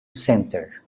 center